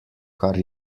kar